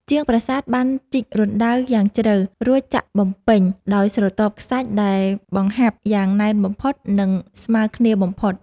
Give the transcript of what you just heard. ជាងបុរាណបានជីករណ្តៅគ្រឹះយ៉ាងជ្រៅ រួចចាក់បំពេញដោយស្រទាប់ខ្សាច់ដែលបង្ហាប់យ៉ាងណែនបំផុត និង ស្មើគ្នាបំផុត។